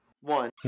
one